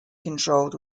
controlled